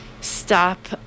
stop